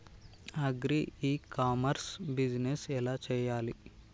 Agri e commerce business ఎలా చెయ్యాలి?